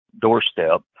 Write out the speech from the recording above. doorstep